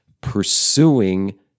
pursuing